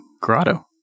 grotto